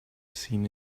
seen